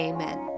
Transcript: Amen